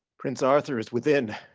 prince arthur is within.